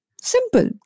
Simple